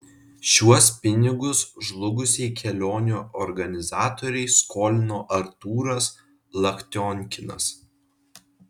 šiuos pinigus žlugusiai kelionių organizatorei skolino artūras laktionkinas